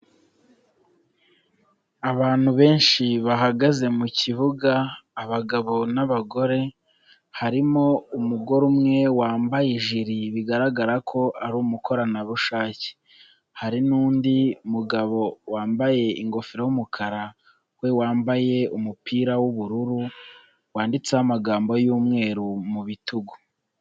Abantu benshi bahagaze mu kibuga, abagabo n'abagore, harimo umugore umwe wambaye ijiri bigaragara ko ari umukoranabushake, hari n'undi mugabo wambaye ingofero y'umukara we wambaye umupira w'ubururu wanditseho amagambo y'umweru mubi bitugu.